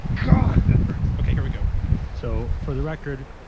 god, that hurts. okay. here we go so for the record,